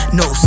no